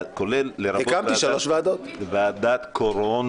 לרבות ועדת קורונה.